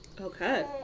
Okay